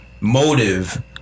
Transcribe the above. motive